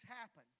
happen